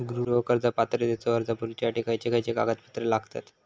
गृह कर्ज पात्रतेचो अर्ज भरुच्यासाठी खयचे खयचे कागदपत्र लागतत?